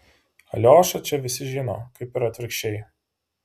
aliošą čia visi žino kaip ir atvirkščiai